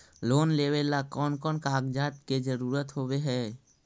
Loan लेबे ला कौन कौन कागजात के जरुरत होबे है?